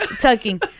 tucking